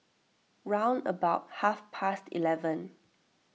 round about half past eleven